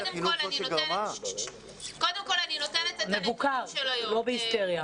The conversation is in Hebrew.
באופן מבוקר, לא בהיסטריה.